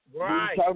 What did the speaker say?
Right